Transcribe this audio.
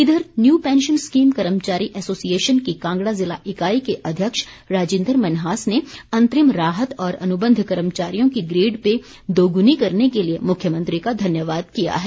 इधर new pension scheme कर्मचारी association की कांगड़ा ज़िला इलाई के अध्यक्ष राजिंदर मन्हास ने अंतरिम राहत और अनुबंध कर्मचारियों की ग्रेड पे दोगुनी करने के लिए मुख्यमंत्री का धन्यवाद किया है